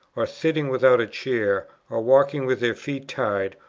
or sitting without a chair, or walking with their feet tied,